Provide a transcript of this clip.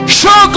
show